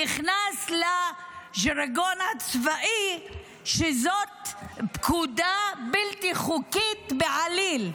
נכנס לז'רגון הצבאי שזאת פקודה בלתי חוקית בעליל,